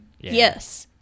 Yes